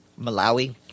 Malawi